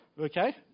Okay